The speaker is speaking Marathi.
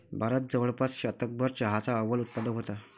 भारत जवळपास शतकभर चहाचा अव्वल उत्पादक होता